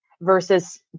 versus